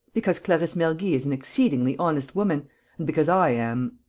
because clarisse mergy is an exceedingly honest woman and because i am.